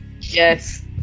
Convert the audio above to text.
Yes